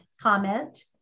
comment